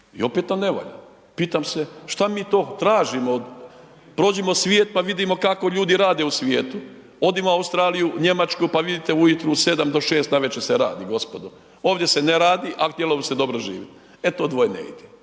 i opet nam ne valja. Pitam se, šta mi to tražimo od, prođimo svijet pa vidimo kako ljudi rade u svijetu. Odimo u Australiju, Njemačku pa vidite ujutro u 7 do 6 navečer se radi gospodo. Ovdje se ne radi a htjelo bi se dobro živjeti. E to dvoje ne ide,